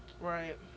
Right